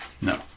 No